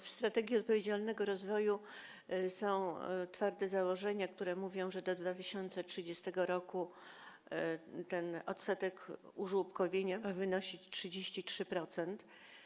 W strategii odpowiedzialnego rozwoju są twarde założenia, które mówią, że do 2030 r. odsetek użłobkowienia ma wynosić 33%.